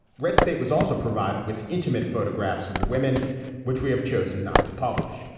red state was also provided with intimate photographs of the women which we have chosen not to publish.